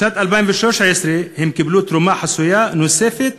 בשנת 2013 הם קיבלו תרומה חסויה נוספת,